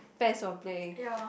best of play